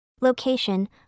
Location